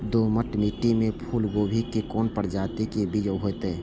दोमट मिट्टी में फूल गोभी के कोन प्रजाति के बीज होयत?